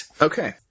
Okay